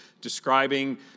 describing